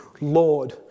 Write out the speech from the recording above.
Lord